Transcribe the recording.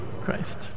Christ